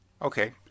Okay